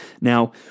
Now